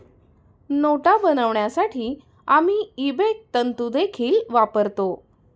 नोटा बनवण्यासाठी आम्ही इबेक तंतु देखील वापरतो